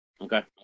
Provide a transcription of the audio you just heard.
Okay